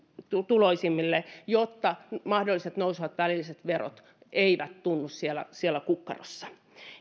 pienituloisimmille jotta mahdolliset nousevat välilliset verot eivät tunnu siellä siellä kukkarossa